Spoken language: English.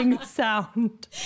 sound